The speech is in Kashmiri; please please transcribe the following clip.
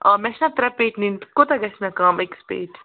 آ مےٚ چھنا ترٛےٚ پیٚٹہِ نِنہِ کوٗتاہ گژھِ مےٚ کَم أکِس پیٖٹہِ